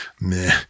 meh